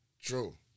True